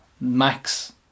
Max